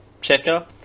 checker